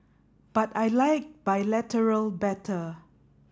but I like bilateral better